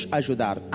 ajudar